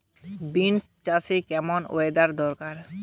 Beans চাষে কেমন weather দরকার?